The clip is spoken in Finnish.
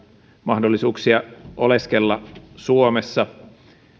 mahdollisuuksia oleskella suomessa